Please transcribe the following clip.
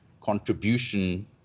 contribution